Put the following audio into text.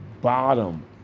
bottom